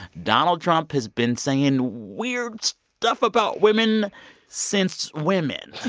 donald trump has been saying weird stuff about women since women